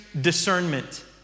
discernment